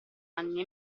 anni